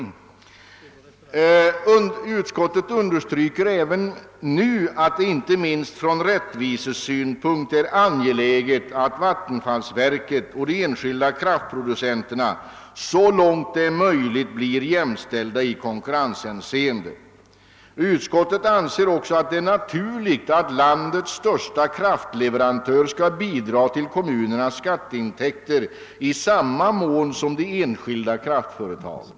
Utskottet understryker även nu »att det inte minst från rättvisesynpunkt är angeläget att vattenfallsverket och de enskilda kraftproducenterna så långt det är möjligt blir jämställda i konkurrenshänseende». Utskottet anser också att det är naturligt »att landets ojämförligt största kraftleverantör skall bidra till kommunernas skatteintäkter i samma mån som de enskilda kraftföretagen«.